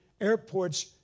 airports